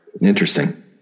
Interesting